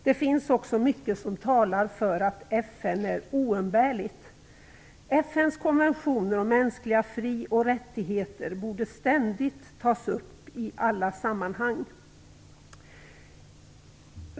Det finns också mycket som talar för att FN är oumbärligt. FN:s konventioner om mänskliga fri och rättigheter borde ständigt tas upp i alla sammanhang.